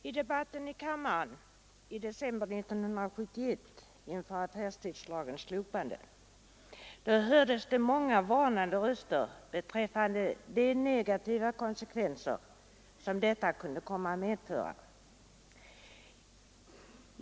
Fru talman! I debatten här i december 1971 inför affärstidslagens slopande höjdes det många varnande röster beträffande de negativa konsekvenser detta kunde komma att medföra.